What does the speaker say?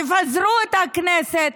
תפזרו את הכנסת.